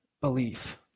belief